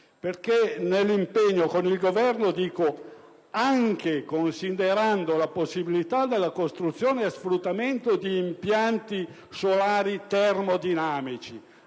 centri di ricerca italiani, anche considerando la possibilità della costruzione e sfruttamento di impianti solari termodinamici